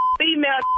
female